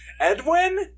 Edwin